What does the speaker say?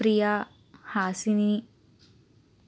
Priya Hasini